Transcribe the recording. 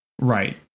Right